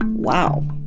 wow!